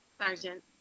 Sergeant